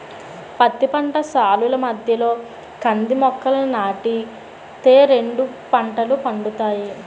పత్తి పంట సాలుల మధ్యలో కంది మొక్కలని నాటి తే రెండు పంటలు పండుతాయి